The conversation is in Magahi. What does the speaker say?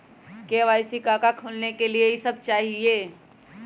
के.वाई.सी का का खोलने के लिए कि सब चाहिए?